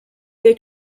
way